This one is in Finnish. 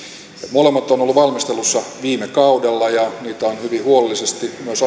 molemmat ovat olleet valmistelussa viime kaudella ja niitä on hyvin huolellisesti